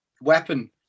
weapon